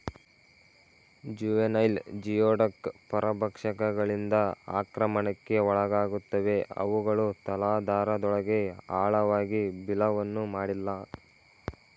juvenile geoduck ಪರಭಕ್ಷಕಗಳಿಂದ ಆಕ್ರಮಣಕ್ಕೆ ಒಳಗಾಗುತ್ತವೆ ಅವುಗಳು ತಲಾಧಾರದೊಳಗೆ ಆಳವಾಗಿ ಬಿಲವನ್ನು ಮಾಡಿಲ್ಲ